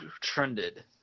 trended